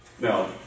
Now